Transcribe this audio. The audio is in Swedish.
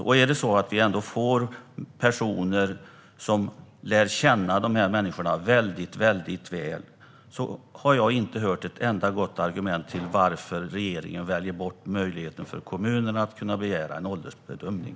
Men om det finns personer som lär känna dessa människor väldigt väl har jag inte hört ett enda gott argument för att regeringen väljer bort möjligheten för kommunerna att begära en åldersbedömning.